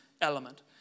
element